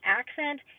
accent